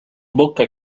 bocca